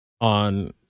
on